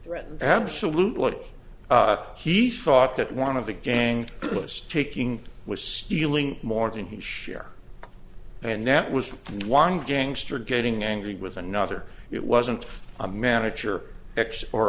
threaten absolutely he thought that one of the gang taking was stealing more than his share and that was one gangster getting angry with another it wasn't a manager x or